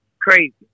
crazy